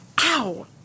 Ow